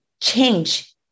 change